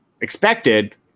Expected